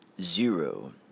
zero